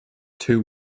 two